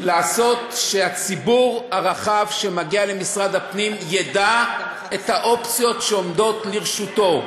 שהציבור הרחב שמגיע למשרד הפנים ידע את האופציות שעומדות לרשותו.